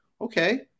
Okay